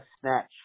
snatch